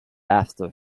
after